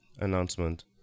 announcement